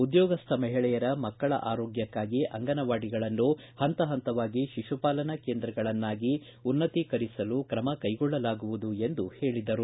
ಉದ್ಯೋಗಸ್ವ ಮಹಿಳೆಯರ ಮಕ್ಕಳ ಆರೋಗ್ಯಕ್ಕಾಗಿ ಅಂಗನವಾಡಿಗಳನ್ನು ಪಂತ ಹಂತವಾಗಿ ಶಿಶುಪಾಲನಾ ಕೇಂದ್ರಗಳನ್ನಾಗಿ ಉನ್ನತೀಕರಿಸಲು ತ್ರಮ ಕೈಗೊಳ್ಳಲಾಗುವುದು ಎಂದು ಹೇಳಿದರು